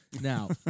now